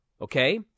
okay